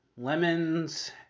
lemons